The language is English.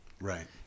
Right